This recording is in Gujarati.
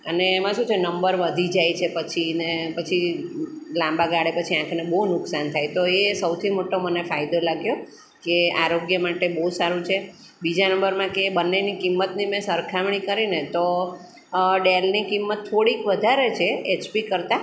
અને એમાં શું છે નંબર વધી જાય છે પછી ને પછી લાંબા ગાળે પછી આંખને બહુ નુકસાન થાય તો એ સૌથી મોટો મને ફાયદો લાગ્યો કે આરોગ્ય માટે બહુ સારું છે બીજા નંબરમાં કે બંનેની કિંમતની મેં સરખામણી કરીને તો ડેલની કિંમત થોડીક વધારે છે એચપી કરતાં